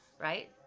right